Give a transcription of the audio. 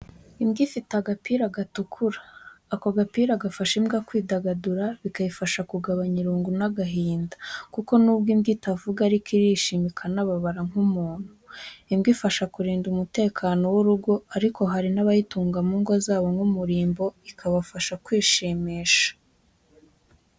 Imbwa ifite agapira gatukura. Ako gapira gafasha imbwa kwidagadura bikayifasha kugabanya irungu n'agahinda kuko n'ubwo imbwa itavuga aiko irishima ikanababara nk'umuntu. Imbwa ifasha kurinda umutekano w'urugo ariko hari n'abayitunga mu ngo zabo nk'umurimbo ikabafasha kwishimisha.